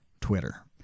Twitter